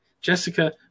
Jessica